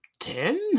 Ten